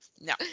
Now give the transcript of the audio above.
no